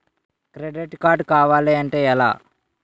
Credit card కావాలి అంటే ఎలా?